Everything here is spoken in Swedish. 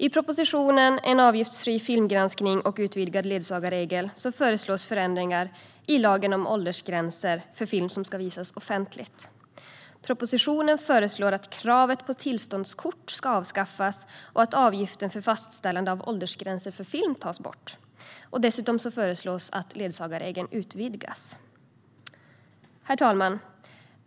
I propositionen En avgiftsfri filmgranskning och utvidgad ledsagarregel föreslås ändringar i lagen om åldersgränser för film som ska visas offentligt. Propositionen föreslår att kravet på tillståndskort avskaffas och att avgiften för fastställande av åldersgränser för film tas bort. Dessutom föreslås att ledsagarregeln utvidgas. Herr talman!